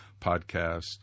podcast